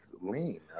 lean